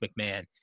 McMahon